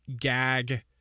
gag